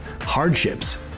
hardships